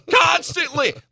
constantly